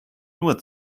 nur